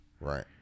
right